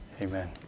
Amen